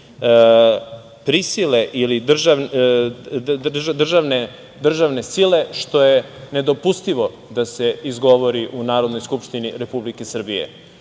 prisile ili državne sile, što je nedopustivo da se izgovori u Narodnoj skupštini Republike Srbije. Ja